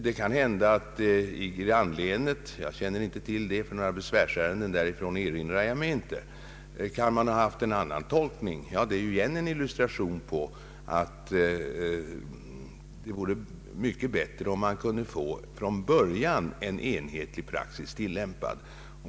Det kan hända att man i grannlänet — jag känner inte till det, ty några besvärsärenden därifrån erinrar jag mig inte — har haft en annan tolkning. Det är åter en illustration av att det hade varit bättre, om vi från början hade tillämpat en enhetlig praxis.